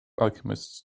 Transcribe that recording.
alchemists